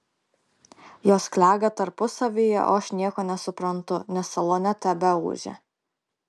jos klega tarpusavyje o aš nieko nesuprantu nes salone tebeūžia